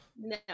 no